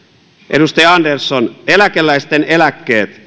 edustaja andersson eläkeläisten eläkkeet